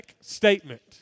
statement